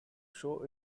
show